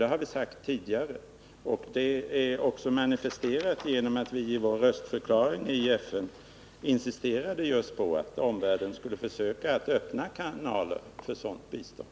Det har vi sagt tidigare, och det har också manifesterats genom att vi i vår röstförklaring i FN just insisterade på att resolutionen borde ha krävt att kanaler öppnas för sådant bistånd.